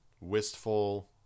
wistful